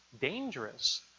dangerous